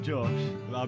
Josh